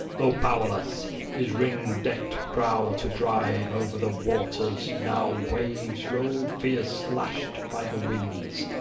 though powerless his ring-decked prow to drive over the waters, now waves rolled fierce lashed by the winds,